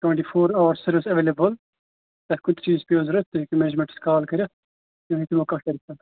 twenty four hours چھِ service available اَگر کُنہِ تہِ چیٖزٕچ پیٚیوا ضرٗورت تُہۍ ہیٚکِو منیجمینٛٹس کال کٔرِتھ تُہۍ مےٚ ہیٚیِو کانٛہہ ٹینشَن